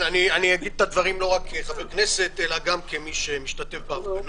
אני אגיד את הדברים לא רק כחבר כנסת אלא גם כמי שמשתתף בהפגנות,